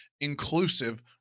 inclusive